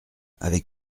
avec